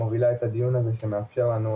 מובילה את הדיון הזה שמאפשר לנו,